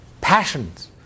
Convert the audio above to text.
passions